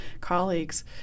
colleagues